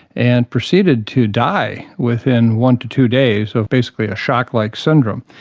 and proceeded to die within one to two days of basically a shock-like syndrome.